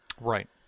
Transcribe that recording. Right